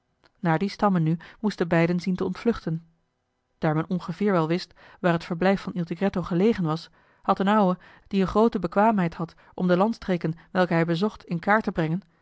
naar die stammen nu moesten beiden zien te ontvluchten daar men ongeveer wel wist waar het verblijf van il tigretto gelegen was had d'n ouwe die een groote bekwaamheid had om de landstreken welke hij bezocht in kaart te brengen